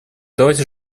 давайте